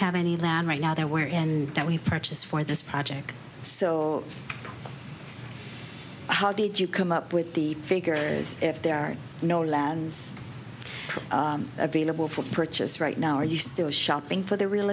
have any land right now there were and that we purchased for this project so how did you come up with the figure as if there are no lessons available for purchase right now are you still shopping for the real